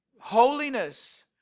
holiness